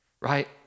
right